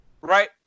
Right